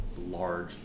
large